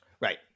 Right